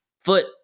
foot